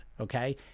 okay